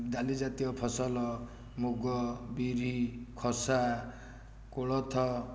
ଡାଲି ଜାତୀୟ ଫସଲ ମୁଗ ବିରି ଖସା କୋଳଥ